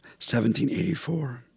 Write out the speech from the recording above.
1784